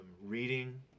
reading